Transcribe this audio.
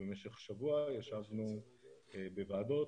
במשך שבוע ישבנו בוועדות,